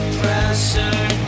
pressure